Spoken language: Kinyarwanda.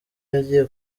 yagiye